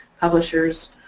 publishers,